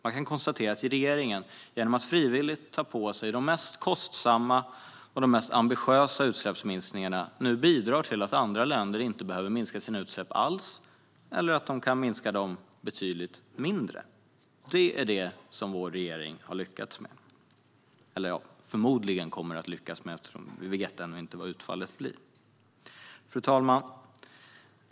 Man kan konstatera att regeringen genom att frivilligt ta på sig de mest kostsamma och ambitiösa utsläppsminskningarna nu bidrar till att andra länder inte behöver minska sina utsläpp alls eller att de kan minska dem betydligt mindre. Detta har vår regering lyckats med - eller kommer förmodligen att lyckas med. Vi vet ju ännu inte vad utfallet blir. Fru talman!